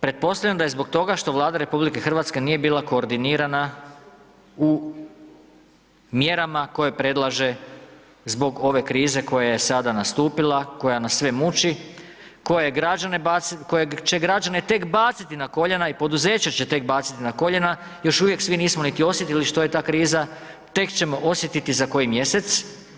Pretpostavljam da je zbog toga što Vlada RH nije bila koordinirana u mjerama koje predlaže zbog ove krize koja je sada nastupila, koja nas sve muči, koja je građane bacila, koja će građane tek baciti na koljena i poduzeća će tek baciti na koljena, još uvijek svi nismo niti osjetili što je ta kriza, tek ćemo osjetiti za koji mjesec.